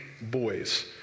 boys